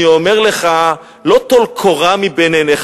אני אומר לך לא טול קורה מבין עיניך,